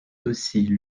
aussi